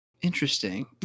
Interesting